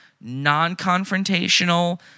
non-confrontational